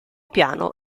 piano